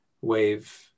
wave